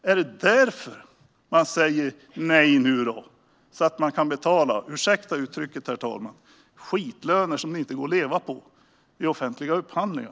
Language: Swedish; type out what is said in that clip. Är det därför som Sverigedemokraterna nu säger nej, så att det är möjligt att betala, ursäkta uttrycket, herr talman, skitlöner som det inte går att leva på, vid offentliga upphandlingar?